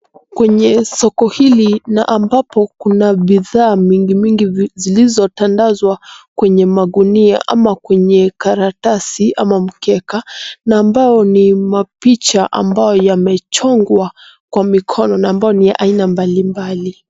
Kwenye soko hili na ambapo kuna bidhaa mingi mingi zilizotandazwa kwenye magunia ama kwenye karatasi ama mkeka na ambao ni mapicha ambayo yamechongwa kwa mikono na ambayo ni ya aina mbalimbali.